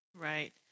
right